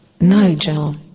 Nigel